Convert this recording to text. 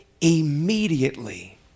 immediately